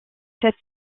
cette